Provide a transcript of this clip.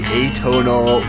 atonal